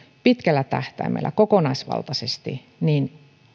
pitkällä tähtäimellä kokonaisvaltaisesti niin